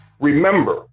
remember